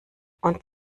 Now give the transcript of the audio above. und